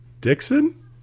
Dixon